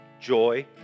joy